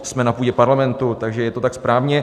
Jsme na půdě Parlamentu, takže je to tak správně.